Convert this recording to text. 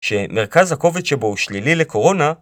שמרכז הקובץ שבו הוא שלילי לקורונה